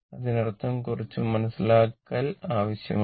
അതിനർത്ഥം കുറച്ച് മനസ്സിലാക്കൽ ആവശ്യമാണ്